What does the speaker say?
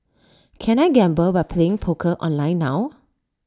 can I gamble by playing poker online now